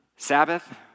Sabbath